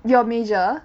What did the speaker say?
your major